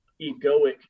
egoic